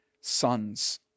sons